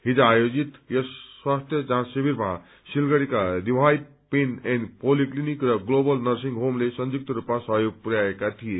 हिज आयोजित यस स्वास्थ्य जाँच श्रिविरमा सिलगड़ीका रिभाइब पेन एण्ड पोलीक्लिनीक र स्लोबल नर्सिग होमले संयुक्त रूपमा सहयोग पुर्याएका थिए